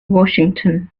washington